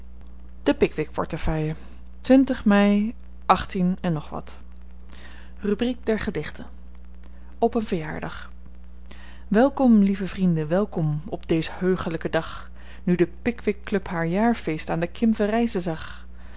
de pickwick portefeuille me en nog wat rubriek der gedichten op een verjaardag welkom lieve vrienden welkom op dee'z heugelijken dag nu de pickwick club haar jaarfeest aan de kim verrijzen zag